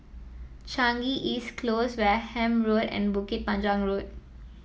Changi East Close Wareham Road and Bukit Panjang Road